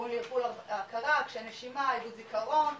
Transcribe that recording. קשיי נשימה איבוד זיכרון,